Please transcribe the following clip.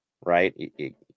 right